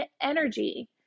energy